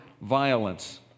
violence